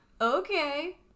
okay